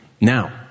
now